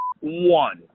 one